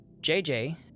JJ